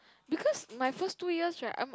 because my first two years right I'm